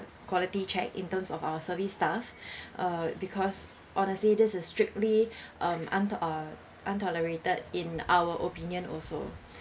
quality check in terms of our service staff uh because honestly this is strictly um unto~ uh untolerated in our opinion also